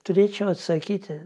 turėčiau atsakyti